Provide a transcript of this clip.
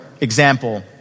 example